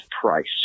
price